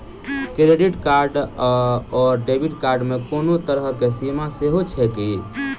Credit card आओर debit card मे कोनो तरहक सीमा सेहो छैक की?